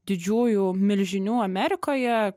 didžiųjų milžinių amerikoje